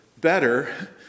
better